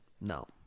no